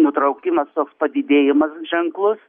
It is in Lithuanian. nutraukimas toks padidėjimas ženklus